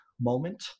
moment